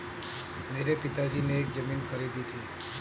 मेरे पिताजी ने एक जमीन खरीदी थी